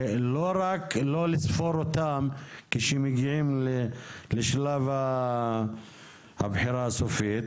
ולא רק לספור אותם כשמגיעים לשלב הבחירה הסופית.